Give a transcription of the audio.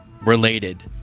related